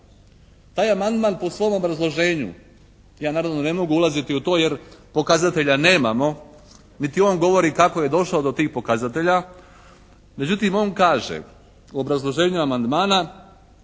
Taj amandman po svom obrazloženju, ja naravno ne mogu ulaziti u to jer pokazatelja nemamo niti on govori kako je došao do tih pokazatelja? Međutim on kaže u obrazloženju amandmana